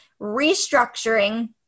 restructuring